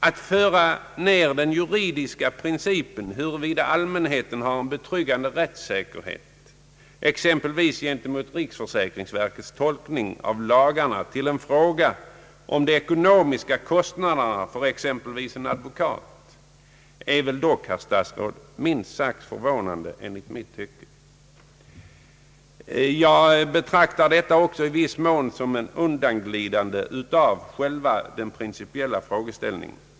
Att föra ned den juridiska frågan, huruvida allmänheten har en betryggande rättssäkerhet exempelvis gentemot riksförsäkringsverkets tolkning av lagarna, till en fråga om kostnaden för exempelvis en advokat är dock, herr statsråd, minst sagt förvånande. Jag betraktar det också som ett undanglidande från själva den principiella frågeställningen.